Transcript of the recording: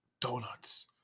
Donuts